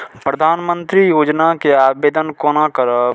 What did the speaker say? प्रधानमंत्री योजना के आवेदन कोना करब?